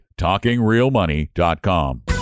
TalkingRealMoney.com